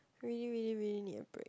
really really really need a break